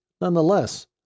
Nonetheless